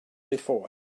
before